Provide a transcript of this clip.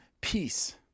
peace